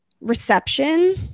reception